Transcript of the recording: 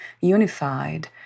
unified